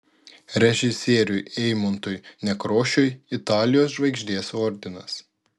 režisieriui eimuntui nekrošiui italijos žvaigždės ordinas